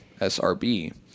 SRB